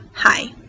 Hi